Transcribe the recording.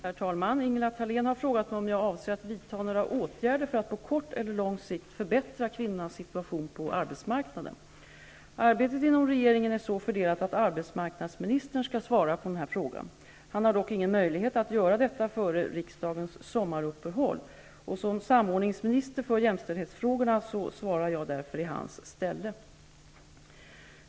Herr talman! Ingela Thalén har frågat mig om jag avser att vidta några åtgärder för att på kort eller lång sikt förbättra kvinnornas situation på arbetsmarknaden. Arbetet inom regeringen är så fördelat att arbetsmarknadsministern skall svara på denna fråga. Han har dock ingen möjlighet att göra detta före riksdagens sommaruppehåll. Som samordningsminister för jämställdhetsfrågorna svarar jag därför i hans ställe.